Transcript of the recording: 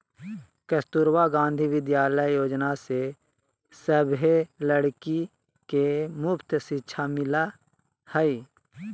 कस्तूरबा गांधी विद्यालय योजना से सभे लड़की के मुफ्त शिक्षा मिला हई